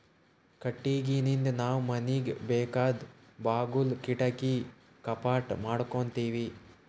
ಕಟ್ಟಿಗಿನಿಂದ್ ನಾವ್ ಮನಿಗ್ ಬೇಕಾದ್ ಬಾಗುಲ್ ಕಿಡಕಿ ಕಪಾಟ್ ಮಾಡಕೋತೀವಿ